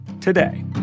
today